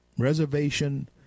Reservation